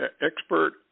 expert